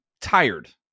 tired